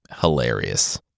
Hilarious